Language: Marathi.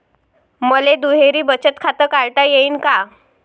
मले दुहेरी बचत खातं काढता येईन का?